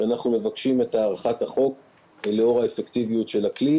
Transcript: ובמכתב אנחנו מבקשים את הארכת החוק לאור האפקטיביות של הכלי,